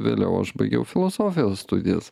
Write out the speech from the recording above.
vėliau aš baigiau filosofijos studijas